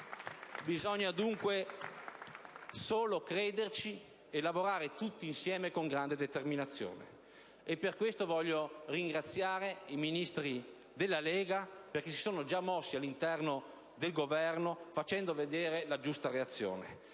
Bisogna dunque solo crederci e lavorare tutti insieme con grande determinazione. E per questo voglio ringraziare i Ministri della Lega Nord, perché si sono già mossi, all'interno del Governo, facendo vedere la giusta reazione.